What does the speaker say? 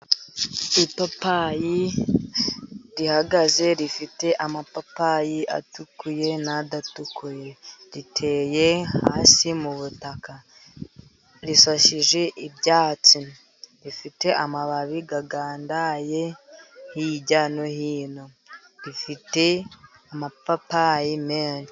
Ipapayi rihagaze rifite amapapayi atukuye n'ayadatukuye, riteye hasi mu butaka, risasije ibyatsi, rifite amababi agandaye hirya no hino, rifite amapapayi menshi.